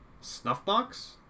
Snuffbox